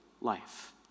life